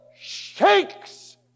shakes